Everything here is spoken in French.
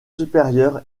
supérieur